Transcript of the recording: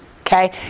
okay